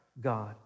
God